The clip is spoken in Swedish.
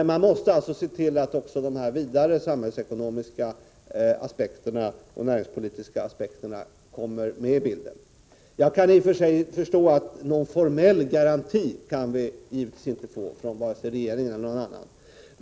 Man måste se till att också de vidare samhällsekonomiska och näringspolitiska aspekterna kommer med i bilden. Jag förstår att vi givetvis inte kan få någon formell garanti från vare sig regeringen eller någon annan.